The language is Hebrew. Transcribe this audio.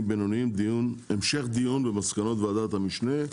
ובינוניים המשך דיון במסקנות ועדת המשנה.